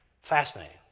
Fascinating